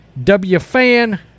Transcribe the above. WFAN